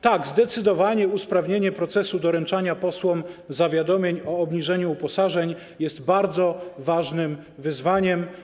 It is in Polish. Tak, zdecydowanie usprawnienie procesu doręczania posłom zawiadomień o obniżeniu uposażeń jest bardzo ważnym wyzwaniem.